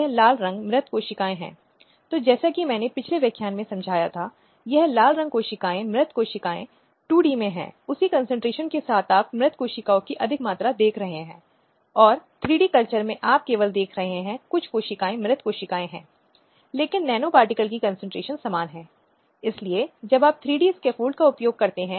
ऐसे गैर सरकारी संगठन हैं जिन्होंने हिमायत की शुरुआत की है और वे आम तौर पर ऐसे लोगों के समूह हैं जो महिलाओं के शोषण और महिलाओं के अधिकारों के बारे में जागरूकता पैदा करने की कोशिश करते हैं